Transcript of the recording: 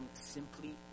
simply